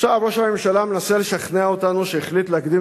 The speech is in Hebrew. עכשיו ראש הממשלה מנסה לשכנע אותנו שהחליט להקדים